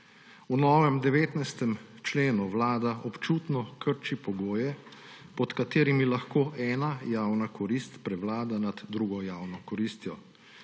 V novem 19. členu Vlada občutno krči pogoje, pod katerimi lahko ena javna korist prevlada nad drugo javno koristjo.